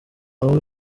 abo